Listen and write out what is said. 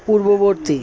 পূর্ববর্তী